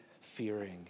fearing